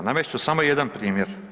Navest ću samo jedan primjer.